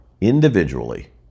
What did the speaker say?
Individually